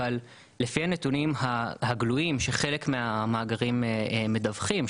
אבל לפי הנתונים הגלויים שחלק מהמאגרים מדווחים,